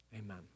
Amen